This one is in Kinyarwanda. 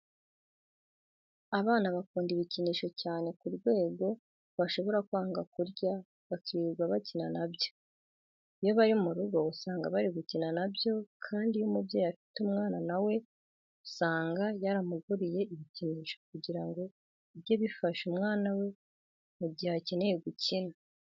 Abana bakunda ibikinisho cyane ku rwego bashobora kwanga kurya bakirirwa bakina na byo. Iyo bari mu rugo usanga bari gukina na byo kandi iyo umubyeyi afite umwana na we usanga yaramuguriye ibikinisho kugira ngo bijye bifasha umwana we mu gihe akeneye gukina.